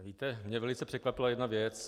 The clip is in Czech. Víte, mě velice překvapila jedna věc.